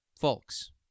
Folks